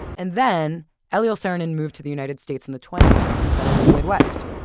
and then eliel saarinen moved to the united states in the twenty s and settled in the midwest.